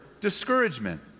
discouragement